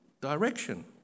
direction